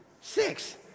six